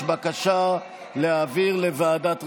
יש בקשה להעביר לוועדת רווחה,